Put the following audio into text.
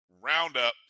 roundup